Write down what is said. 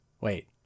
Wait